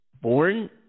born